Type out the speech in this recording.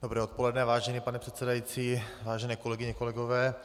Dobré odpoledne, vážený pane předsedající, vážené kolegyně a kolegové.